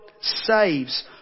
saves